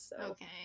Okay